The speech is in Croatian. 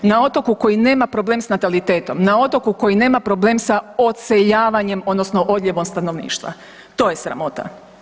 Na otoku koji nema problem s natalitetom, na otoku koji nema problem sa odseljavanjem odnosno odljevom stanovništva, to je sramota.